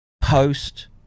post